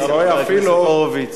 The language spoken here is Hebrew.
חבר הכנסת הורוביץ.